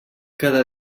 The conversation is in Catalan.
cada